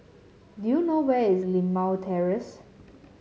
do you know where is Limau Terrace